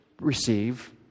receive